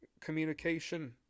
communication